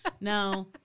No